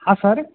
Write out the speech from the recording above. हाँ सर